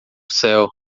céu